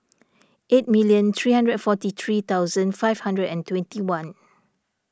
eight million three hundred and forty three thousand five hundred and twenty one